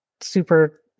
super